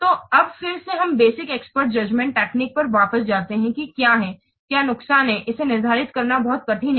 तो अब फिर से हम बेसिक एक्सपर्ट जजमेंट टेक्निक पर वापस जाते हैं कि क्या हैं क्या नुकसान हैं इसे निर्धारित करना बहुत कठिन है